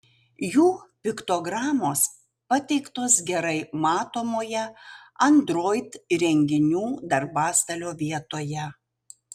jų piktogramos pateiktos gerai matomoje android įrenginių darbastalio vietoje